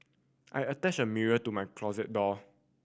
I attached a mirror to my closet door